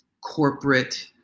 corporate